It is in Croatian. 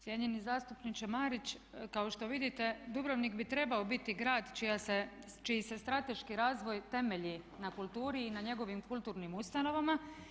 Cijenjeni zastupniče Marić, kao što vidite, Dubrovnik bi trebao biti grad čiji se strateški razvoj temelji na kulturi i na njegovim kulturnim ustanovama.